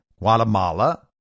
Guatemala